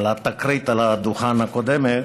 על התקרית על הדוכן קודם,